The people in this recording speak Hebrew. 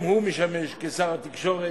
הוא משמש שר התקשורת,